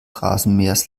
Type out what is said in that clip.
rasenmähers